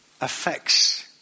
affects